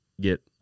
get